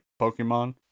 Pokemon